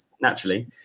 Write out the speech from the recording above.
naturally